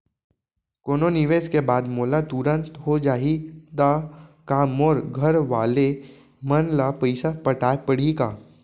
कोनो निवेश के बाद मोला तुरंत हो जाही ता का मोर घरवाले मन ला पइसा पटाय पड़ही का?